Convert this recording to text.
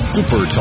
Super